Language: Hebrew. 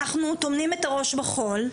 אנחנו טומנים את הראש בחול,